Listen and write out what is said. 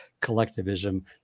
collectivism